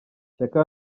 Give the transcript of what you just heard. shyaka